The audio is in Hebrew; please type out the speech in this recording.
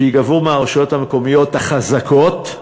שייגבו מהרשויות המקומיות החזקות,